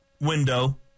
window